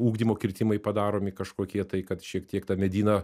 ugdymo kirtimai padaromi kažkokie tai kad šiek tiek tą medyną